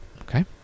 Okay